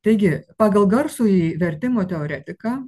taigi pagal garsųjį vertimo teoretiką